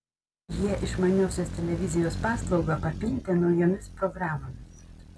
jie išmaniosios televizijos paslaugą papildė naujomis programomis